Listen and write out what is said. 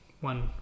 one